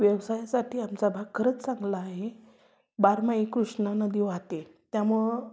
व्यवसायासाठी आमचा भाग खरंच चांगला आहे बारमाही कृष्णा नदी वाहते त्यामुळं